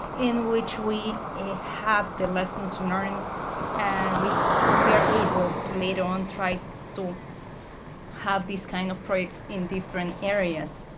in which we have the lessons learned and we we are able to later on try to have these kind of projects in different areas.